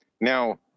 Now